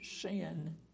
sin